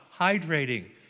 hydrating